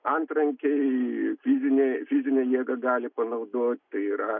antrankiai fizinę fizinę jėgą gali panaudot tai yra